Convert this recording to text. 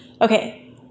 Okay